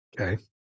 Okay